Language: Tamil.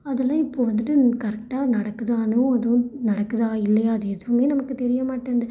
அதெல்லாம் இப்போது வந்துவிட்டு கரெக்டாக நடக்குதான்னும் அதுவும் நடக்குதா இல்லையா அது எதுவுமே நமக்குத் தெரிய மாட்டேன்து